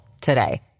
today